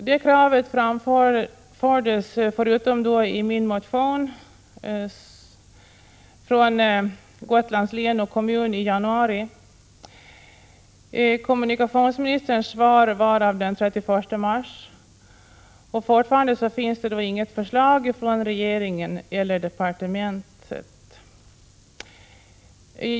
Det krav som det här gäller framfördes, förutom i min motion, från Gotlands län och kommuner i januari. Kommunikationsministerns svar gavs den 31 mars, och fortfarande föreligger inget förslag från regeringen eller departementet.